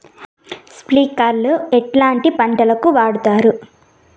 స్ప్రింక్లర్లు ఎట్లా పంటలకు వాడుతారు?